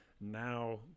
now